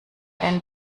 wenn